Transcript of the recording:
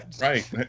Right